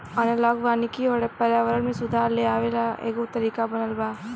analogue वानिकी पर्यावरण में सुधार लेआवे ला एगो तरीका बनल बा